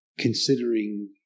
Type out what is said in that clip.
considering